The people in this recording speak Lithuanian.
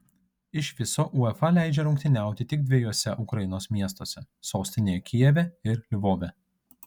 iš viso uefa leidžia rungtyniauti tik dviejuose ukrainos miestuose sostinėje kijeve ir lvove